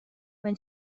when